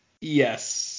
Yes